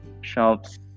shops